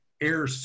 air